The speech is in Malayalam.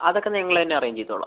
അതൊക്കെ ഞങ്ങളന്നെ അറേഞ്ച് ചെയ്തോളാം